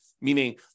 meaning